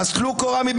הוא בא להרוס.